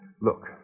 Look